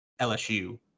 LSU